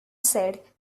said